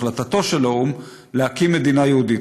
החלטתו של האו"ם להקים מדינה יהודית.